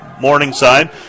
Morningside